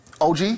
OG